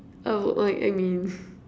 oh like I mean